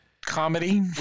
comedy